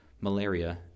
malaria